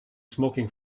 smoking